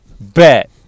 Bet